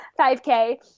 5K